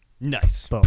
Nice